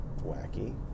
wacky